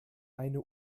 eine